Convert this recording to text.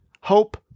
hope